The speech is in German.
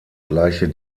gleiche